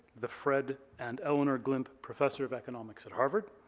the fred and eleanor glimp professor of economics at harvard,